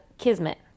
Kismet